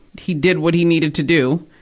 he did what he needed to do,